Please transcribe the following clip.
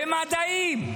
במדעים.